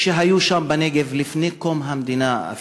שהיו שם בנגב אפילו לפני קום המדינה.